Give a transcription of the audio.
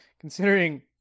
considering